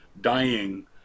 dying